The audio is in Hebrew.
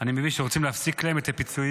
אני מבין שרוצים להפסיק להם את הפיצויים,